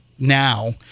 now